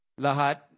Lahat